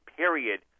period